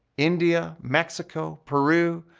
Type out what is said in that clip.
india, mexico, peru,